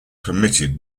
permitted